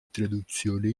traduzione